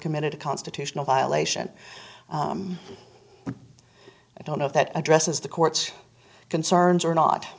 committed a constitutional violation i don't know if that addresses the court's concerns or not